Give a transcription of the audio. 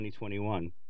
2021